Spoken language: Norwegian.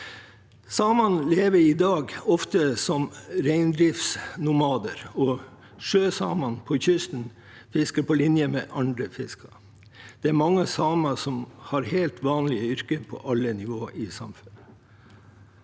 Samene lever i dag ofte som reindriftsnomader, og sjøsamene på kysten fisker på linje med andre fiskere. Det er mange samer som har helt vanlige yrker på alle nivåer i samfunnet.